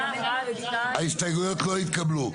ההסתייגויות לא התקבלו.